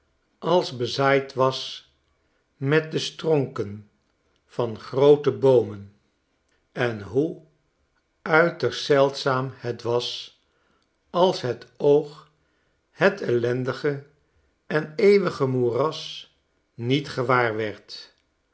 als bezaaid was met de stronken van groote boomen enhoeuiterst zeldzaam het was als het oog het ellendige en eeuwige moeras niet